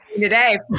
today